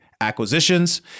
acquisitions